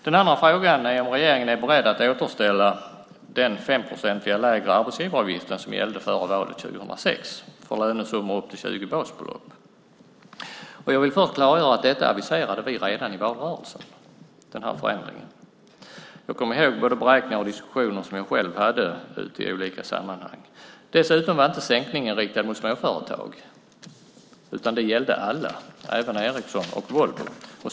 Den andra frågan är om regeringen är beredd att återställa den 5-procentiga lägre arbetsgivaravgift som gällde före valet 2006 för lönesummor upp till 20 basbelopp. Jag vill först klargöra att vi aviserade denna förändring redan i valrörelsen. Jag kommer ihåg både beräkningar och diskussioner som jag själv hade ute i olika sammanhang. Dessutom var inte sänkningen riktad mot småföretag, utan den gällde alla - även Ericsson och Volvo.